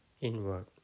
inward